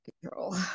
control